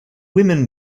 women